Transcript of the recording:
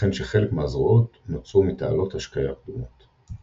ייתכן שחלק מהזרועות נוצרו מתעלות השקיה קדומות.